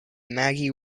maggie